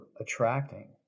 attracting